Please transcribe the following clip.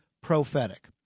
prophetic